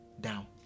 down